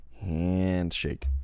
handshake